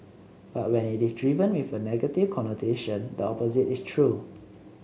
but when it is driven with a negative connotation the opposite is true